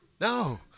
no